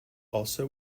also